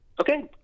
Okay